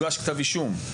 כשיש כתב אישום,